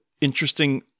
interesting